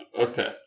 Okay